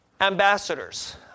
Ambassadors